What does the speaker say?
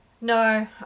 no